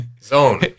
Zone